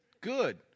Good